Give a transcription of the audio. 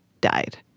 died